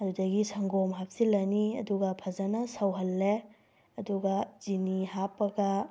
ꯑꯗꯨꯗꯒꯤ ꯁꯪꯒꯣꯝ ꯍꯥꯞꯆꯤꯜꯂꯅꯤ ꯑꯗꯨꯒ ꯐꯖꯅ ꯁꯧꯍꯜꯂꯦ ꯑꯗꯨꯒ ꯆꯤꯅꯤ ꯍꯥꯞꯄꯒ